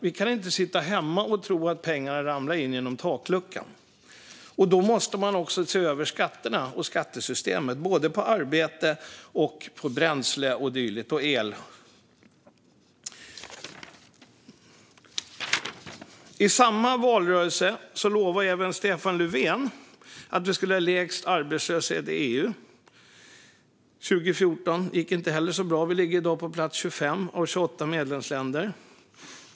Vi kan inte sitta hemma och tro att pengarna ska ramla in genom takluckan. Då måste man se över skatterna och skattesystemet, både för arbete, för bränsle och dylikt och för el. I samma valrörelse 2014 lovade Stefan Löfven att vi skulle ha lägst arbetslöshet i EU. Det gick inte heller så bra. Vi ligger i dag på plats 25 av 28 medlemsländer.